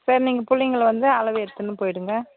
சரி நீங்கள் பிள்ளைங்கள வந்து அளவு எடுத்துன்னு போயிவிடுங்க